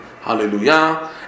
Hallelujah